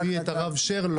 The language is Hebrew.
אתה מביא את הרב שרלו,